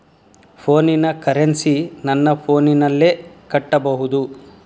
ಫೋನಿನ ಕರೆನ್ಸಿ ನನ್ನ ಫೋನಿನಲ್ಲೇ ಕಟ್ಟಬಹುದು?